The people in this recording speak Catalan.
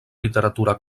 literatura